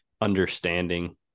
understanding